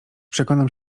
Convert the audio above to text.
przekonam